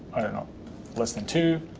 i don't know less than two,